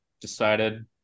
decided